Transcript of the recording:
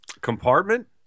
compartment